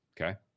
Okay